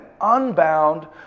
unbound